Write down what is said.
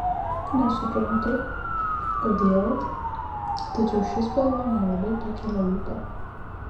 nesuprantu kodėl tačiau ši spalva man labai pakelia ūpą